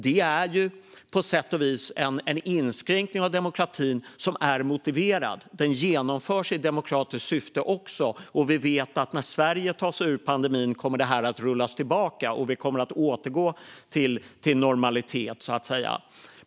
Det är på sätt och vis en inskränkning av demokratin som är motiverad. Den genomförs i demokratiskt syfte, och vi vet att när Sverige tar sig ur pandemin kommer detta att rullas tillbaka. Vi kommer att återgå till normalitet, så att säga.